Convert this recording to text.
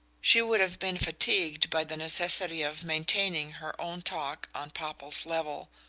she would have been fatigued by the necessity of maintaining her own talk on popple's level,